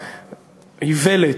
מהאיוולת,